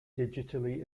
digitally